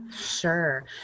Sure